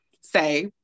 say